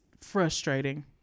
frustrating